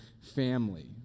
family